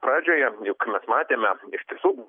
pradžioje juk mes matėme iš tiesų